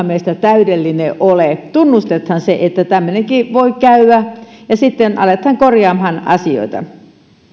meistä täydellinen ole tunnustetaan se että näinkin voi käydä ja sitten aletaan korjaamaan asioita